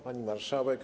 Pani Marszałek!